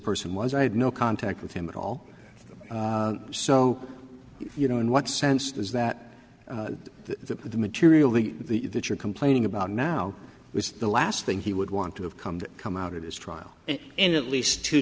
person was i had no contact with him at all so you know in what sense is that the the material the that you're complaining about now was the last thing he would want to have come come out of his trial and in at least two